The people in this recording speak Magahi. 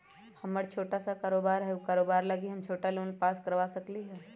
हमर छोटा सा कारोबार है उ कारोबार लागी हम छोटा लोन पास करवा सकली ह?